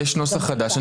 יש נוסח חדש.